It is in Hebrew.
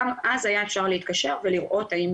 גם אז היה אפשר להתקשר ולראות האם